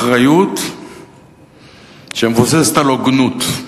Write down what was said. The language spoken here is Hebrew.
אחריות שמבוססת על הוגנות.